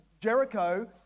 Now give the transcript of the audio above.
Jericho